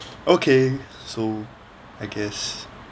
okay so I guess